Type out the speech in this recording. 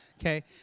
Okay